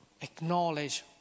acknowledge